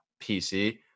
PC